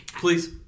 Please